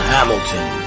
Hamilton